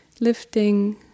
lifting